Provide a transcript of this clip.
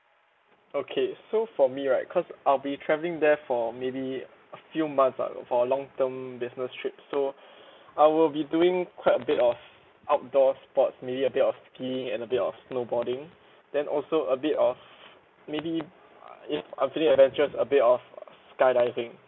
okay so for me right cause I'll be travelling there for maybe a few months lah for long term business trip so I will be doing quite a bit of outdoor sports maybe a bit of skiing and a bit of snowboarding then also a bit of maybe if I'm feeling adventurous a bit of skydiving